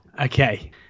Okay